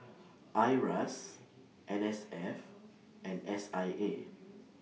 IRAS N S F and S I A